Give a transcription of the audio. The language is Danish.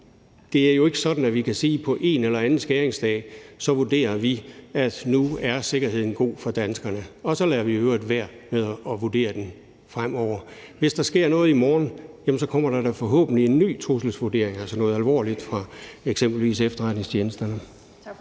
er det jo ikke sådan, at vi kan sige, at vi på en eller anden skæringsdag vurderer, at nu er sikkerheden god for danskerne, og så lader vi i øvrigt være med at vurdere den fremover. Hvis der sker noget i morgen, kommer der da forhåbentlig en ny trusselsvurdering – altså noget alvorligt fra eksempelvis efterretningstjenesterne.